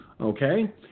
Okay